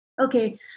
Okay